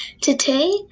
Today